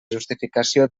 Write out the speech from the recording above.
justificació